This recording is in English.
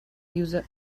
user